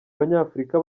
banyafurika